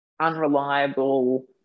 unreliable